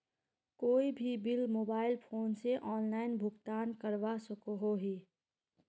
कोई भी bill mobile phone से ऑनलाइन भुगतान करवा सकोहो ही?